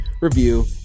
review